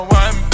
one